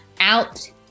out